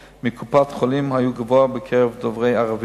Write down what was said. מקופת-חולים היה גבוה בקרב דוברי ערבית,